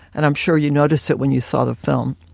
and i'm sure you notice it when you saw the film.